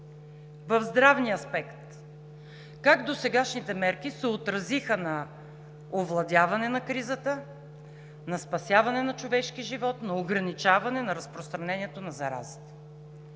В здравния аспект. Как досегашните мерки се отразиха на овладяване на кризата, на спасяване на човешки живот, на ограничаване на разпространението на заразата?